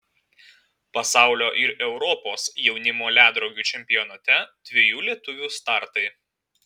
pasaulio ir europos jaunimo ledrogių čempionate dviejų lietuvių startai